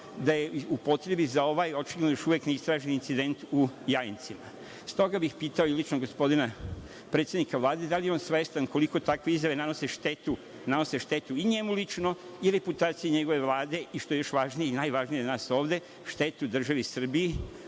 da je upotrebi za još uvek ovaj neistraženi incident u Jajincima. Stoga bih pitao i lično gospodina predsednika Vlade da li je on svestan koliko takve izjave nanose štetu i njemu lično, i reputaciji njegove Vlade, i što je još važnije i najvažnije za nas ovde, štetu državi Srbiji